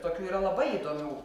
tokių yra labai įdomių